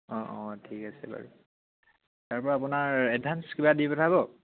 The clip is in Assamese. অঁ অঁ ঠিক আছে বাৰু তাৰপৰা আপোনাৰ এডভাঞ্চ কিবা দি পঠাব